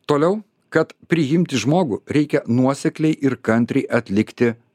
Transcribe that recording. toliau kad priimti žmogų reikia nuosekliai ir kantriai atlikti